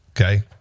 Okay